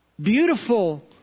beautiful